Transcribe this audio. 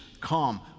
Come